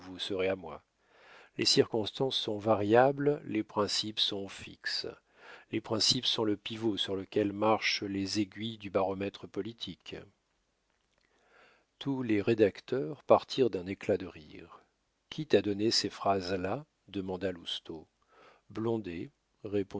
vous serez à moi les circonstances sont variables les principes sont fixes les principes sont le pivot sur lequel marchent les aiguilles du baromètre politique tous les rédacteurs partirent d'un éclat de rire qui t'a donné ces phrases là demanda